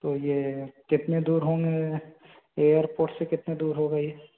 तो ये कितने दूर होंगे एयरपोर्ट से कितनी दूर होगा ये